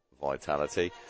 Vitality